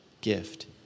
gift